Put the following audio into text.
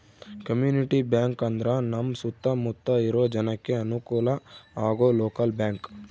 community bank ಅಂದ್ರ ನಮ್ ಸುತ್ತ ಮುತ್ತ ಇರೋ ಜನಕ್ಕೆ ಅನುಕಲ ಆಗೋ ಲೋಕಲ್ ಬ್ಯಾಂಕ್